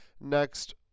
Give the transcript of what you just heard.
next